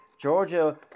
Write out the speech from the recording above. Georgia